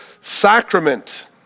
sacrament